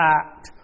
act